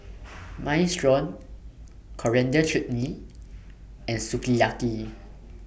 Minestrone Coriander Chutney and Sukiyaki